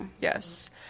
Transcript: Yes